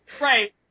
Right